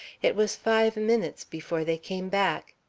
it was five minutes before they came back.